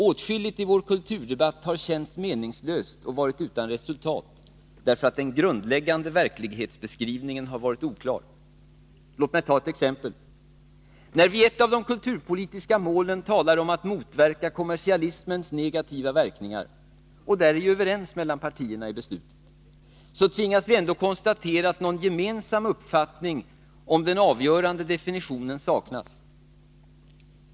Åtskilligt i vår kulturdebatt har känts meningslöst och varit utan resultat, därför att den grundläggande verklighetsbeskrivningen har varit oklar. Låt mig ta ett exempel. När vi i ett av de kulturpolitiska målen talar om att motverka kommersialismens negativa verkningar — och däri är vi överens mellan partierna i besluten — tvingas vi ändå konstatera att någon gemensam uppfattning om den avgörande definitionen saknas.